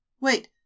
Wait